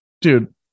dude